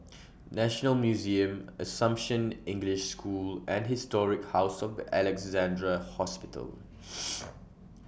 National Museum Assumption English School and Historic House of The Alexandra Hospital